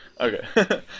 Okay